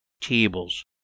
tables